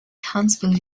huntsville